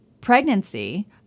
pregnancy